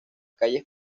calles